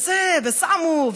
ושמו,